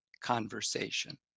conversation